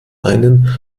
einen